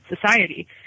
society